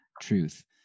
truth